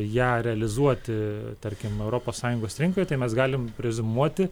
ją realizuoti tarkim europos sąjungos rinkoj tai mes galim reziumuoti